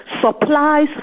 Supplies